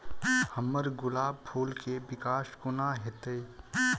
हम्मर गुलाब फूल केँ विकास कोना हेतै?